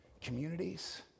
communities